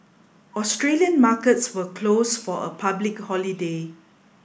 Australian markets were closed for a public holiday